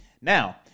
Now